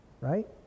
right